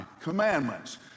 commandments